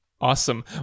Awesome